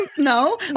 No